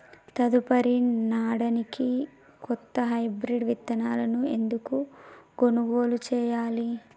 తదుపరి నాడనికి కొత్త హైబ్రిడ్ విత్తనాలను ఎందుకు కొనుగోలు చెయ్యాలి?